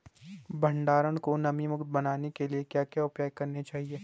भंडारण को नमी युक्त बनाने के लिए क्या क्या उपाय करने चाहिए?